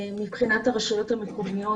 מבחינת הרשויות המקומיות,